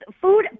Food